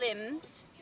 limbs